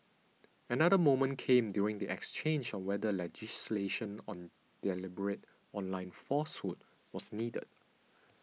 another moment came during the exchange on whether legislation on deliberate online falsehood was needed